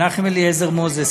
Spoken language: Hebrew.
מנחם אליעזר מוזס,